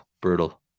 brutal